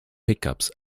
pickups